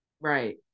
Right